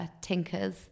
tinkers